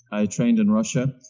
i trained in russia.